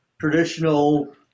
traditional